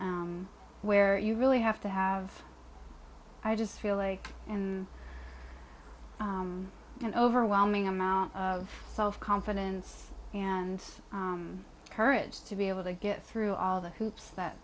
where you really have to have i just feel like and an overwhelming amount of self confidence and courage to be able to get through all the hoops that